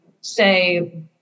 say